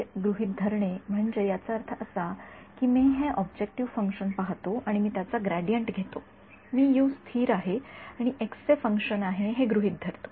स्थिर गृहीत धरणे म्हणजे याचा अर्थ असा की मी हे ऑब्जेक्टिव्ह फंक्शन पाहतो आणि मी त्याचा ग्रेडियंट घेतो मी स्थिर आहे आणि एक्स चे फंक्शन हे गृहीत धरतो